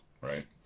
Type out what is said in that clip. right